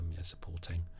supporting